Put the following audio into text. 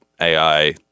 AI